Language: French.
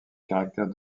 caractère